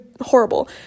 horrible